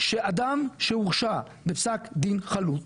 שאדם שהורשע בפסק דין חלוט